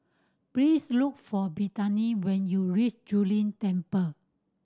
please look for Brittany when you reach Zu Lin Temple